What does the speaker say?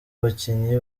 bakinyi